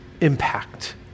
impact